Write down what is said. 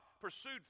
Pursued